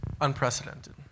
unprecedented